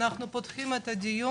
תודה שהגעתם, אנחנו פותחים את הדיון.